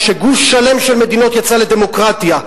כשגוש שלם של מדינות יצא לדמוקרטיה,